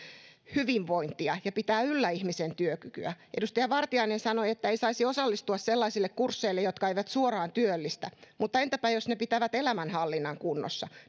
hyvinvointia ja pitää yllä ihmisen työkykyä edustaja vartiainen sanoi että ei saisi osallistua sellaisille kursseille jotka eivät suoraan työllistä mutta entäpä jos ne pitävät elämänhallinnan kunnossa